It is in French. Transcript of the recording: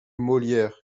molière